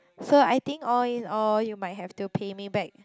so I think all in all you might have to pay me back